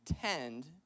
tend